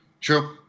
True